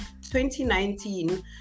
2019